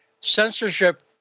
Censorship